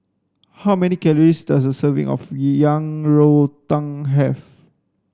how many calories does a serving of yang rou tang have